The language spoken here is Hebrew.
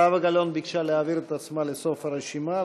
זהבה גלאון ביקשה להעביר את עצמה לסוף הרשימה,